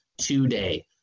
today